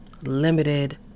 limited